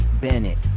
Bennett